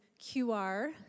QR